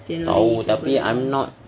tahu tapi I'm not